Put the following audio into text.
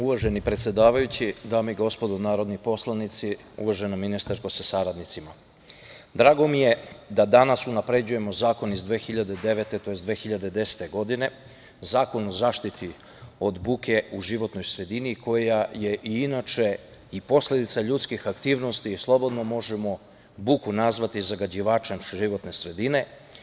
Uvaženi predsedavajući, dame i gospodo narodni poslanici, uvažena ministarko sa saradnicima, drago mi je da danas unapređujemo zakon iz 2009, tj. 2010. godine, Zakon o zaštiti od buke u životnoj sredini, koja je inače i posledica ljudskih aktivnosti i slobodno možemo buku nazvati zagađivačem životne sredine.